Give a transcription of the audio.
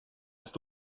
ist